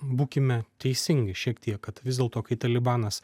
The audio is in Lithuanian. būkime teisingi šiek tiek kad vis dėlto kai talibanas